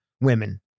women